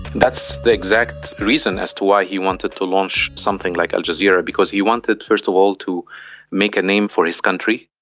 that's the exact reason as to why he wanted to launch something like al jazeera because he wanted first of all to make a name for his country.